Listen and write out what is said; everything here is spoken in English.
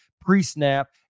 pre-snap